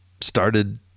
started